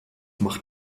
macht